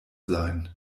sein